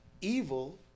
evil